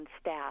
staff